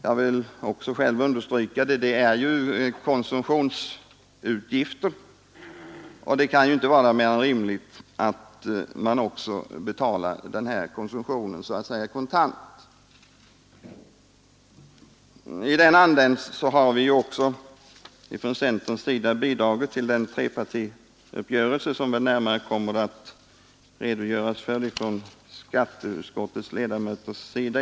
Jag vill själv understryka att det här rör sig om konsumtionsutgifter, och det kan inte vara mer än rimligt att man betalar den här konsumtionen så att säga kontant. I den andan har vi från centerns sida bidragit till den trepartiuppgörelse som skatteutskottets ledamöter väl närmare kommer att redogöra för.